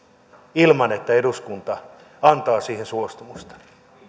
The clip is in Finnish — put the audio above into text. ilman että eduskunta antaa siihen suostumusta